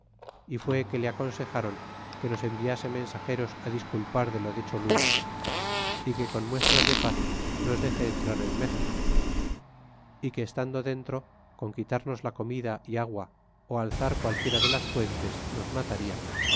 y fué que le aconsejaron que nos enviase mensageros á disculpar de lo de cholula y que con muestras de paz nos dexe entrar en méxico y que estando dentro con quitarnos la comida é agua ó alzar qualquiera de las puentes nos malaria